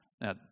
Now